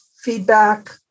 feedback